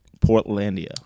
Portlandia